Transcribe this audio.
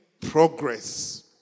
progress